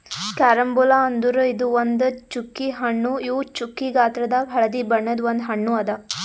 carambola ಅಂದುರ್ ಇದು ಒಂದ್ ಚ್ಚುಕಿ ಹಣ್ಣು ಇವು ಚ್ಚುಕಿ ಗಾತ್ರದಾಗ್ ಹಳದಿ ಬಣ್ಣದ ಒಂದ್ ಹಣ್ಣು ಅದಾ